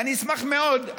ואני אשמח מאוד,